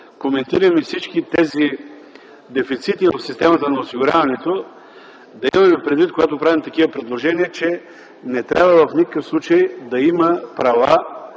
коментираме всички тези дефицити в системата на осигуряването, да имаме предвид когато правим такива предложения, че не трябва в никакъв случай да има права